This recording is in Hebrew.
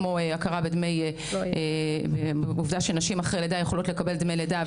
כמו הכרה בעובדה שנשים אחרי לידה יכולות לקבל דמי לידה,